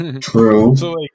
True